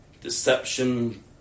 Deception